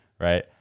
right